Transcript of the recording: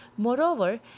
Moreover